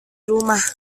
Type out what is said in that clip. rumah